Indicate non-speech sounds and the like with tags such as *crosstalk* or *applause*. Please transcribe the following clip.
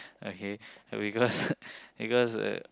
okay because *laughs* because uh